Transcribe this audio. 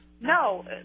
no